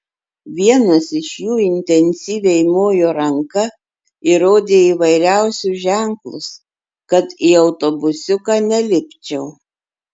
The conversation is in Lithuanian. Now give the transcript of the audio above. vienas iš jų intensyviai mojo ranka ir rodė įvairiausius ženklus kad į autobusiuką nelipčiau